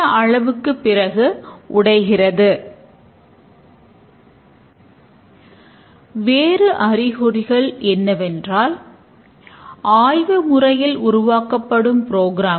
மற்றும் இவையாவற்றையும் வடிவ அமைப்பு வரைபடமாகக் காண்பிக்கிறோம்